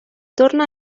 torna